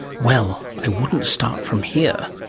well, i wouldn't start from here'.